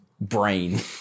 brain